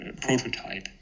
prototype